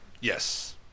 Yes